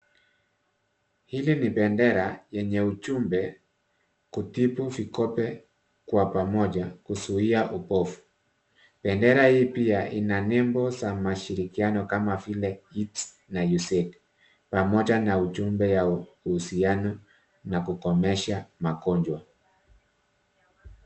Hili ni bendera yenye ujumbe, kutibu vikope kwa pamoja kuzuia upofu. Bendera hii pia ina nembo za mashirikiano kama vile iTi na USAID, pamoja na ujumbe ya uhusiano na kukomesha magonjwa.